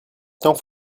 temps